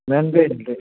ᱢᱮᱱᱫᱟᱹᱧ